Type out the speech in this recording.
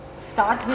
Start